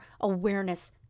awareness